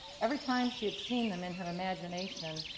every time she had seen them in her imagination,